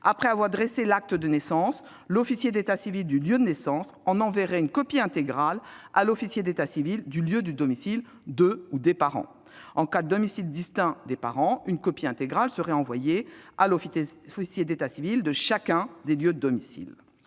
après avoir dressé l'acte de naissance, l'officier d'état civil du lieu de naissance en enverrait une copie intégrale à l'officier d'état civil du lieu de domicile du ou des parents ; si les domiciles des parents sont distincts, une copie intégrale serait envoyée à l'officier d'état civil de chacun des lieux de domicile